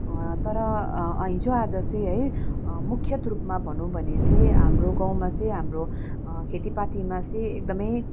तर हिजोआज चाहिँ है मुख्यत रूपमा भनौँ भने चाहिँ हाम्रो गाउँमा चाहिँ हाम्रो खेतीपातीमा चाहिँ एकदमै